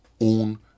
own